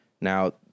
Now